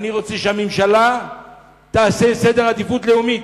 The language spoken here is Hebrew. אני רוצה שהממשלה תעשה סדר עדיפויות לאומי.